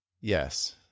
Yes